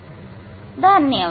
Thank you धन्यवाद